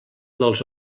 dels